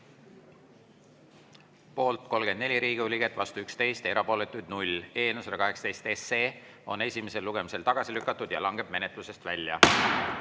oli 45 Riigikogu liiget, vastu 19, erapooletuid 0. Eelnõu 103 on esimesel lugemisel tagasi lükatud ja langeb menetlusest välja.